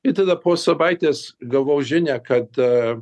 ir tada po savaitės gavau žinią kada